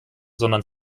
sondern